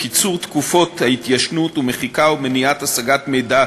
קיצור תקופות התיישנות ומחיקה ומניעת השגת מידע